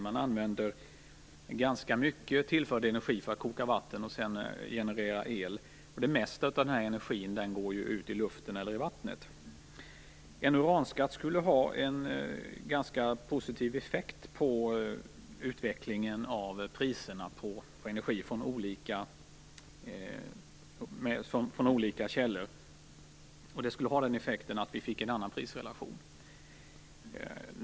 Man använder ganska mycket tillförd energi för att koka vatten och sedan generera el, och det mesta av den energin går ut i luften eller i vattnet. En uranskatt skulle ha en ganska positiv effekt på utvecklingen av priserna på energi från olika källor. Detta skulle ha den effekten att vi fick en annan prisrelation.